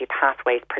pathways